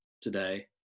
today